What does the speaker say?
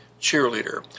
cheerleader